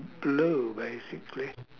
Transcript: blue basically